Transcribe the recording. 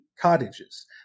cottages